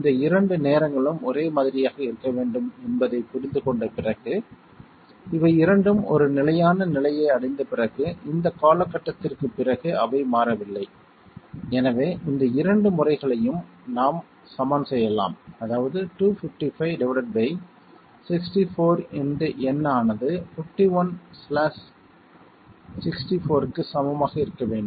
இந்த 2 நேரங்களும் ஒரே மாதிரியாக இருக்க வேண்டும் என்பதை புரிந்து கொண்ட பிறகு இவை இரண்டும் ஒரு நிலையான நிலையை அடைந்த பிறகு இந்த காலகட்டத்திற்குப் பிறகு அவை மாறவில்லை எனவே இந்த இரண்டு முறைகளையும் நாம் சமன் செய்யலாம் அதாவது 255 64 × N ஆனது 5164 க்கு சமமாக இருக்க வேண்டும்